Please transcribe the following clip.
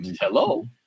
Hello